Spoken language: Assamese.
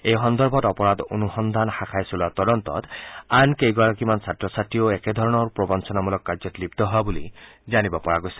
এই সন্দৰ্ভত অপৰাধ অনুসন্ধান শাখাই চলোৱা তদন্তত আন কেইগৰাকীমান ছাত্ৰ ছাত্ৰীয়েও একেধৰণৰ প্ৰৱঞ্ণনামলক কাৰ্যত লিপ্ত হোৱা বুলি জানিব পৰা গৈছে